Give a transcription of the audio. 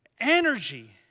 energy